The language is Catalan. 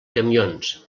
camions